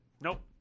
Nope